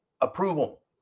approval